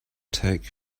take